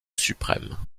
suprême